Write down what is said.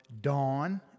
dawn